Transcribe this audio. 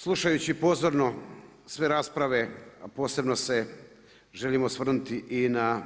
Slušajući pozorno sve rasprave a posebno se želim osvrnuti i na